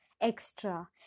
extra